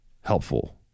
helpful